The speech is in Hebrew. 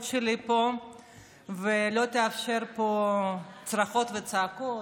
שלי פה ולא תאפשר פה צרחות וצעקות.